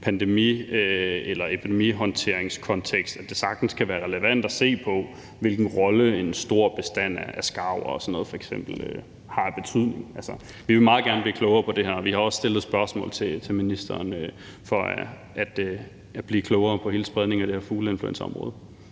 at det i forhold til håndtering af epidemier sagtens kan være relevant at se på, hvilken rolle en stor bestand af skarver og sådan f.eks. har. Vi vil meget gerne blive klogere på det her, og vi har også stillet spørgsmål til ministeren for at blive klogere på hele spredningen af fugleinfluenza.